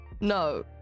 No